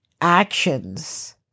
actions